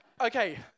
Okay